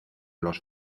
los